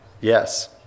yes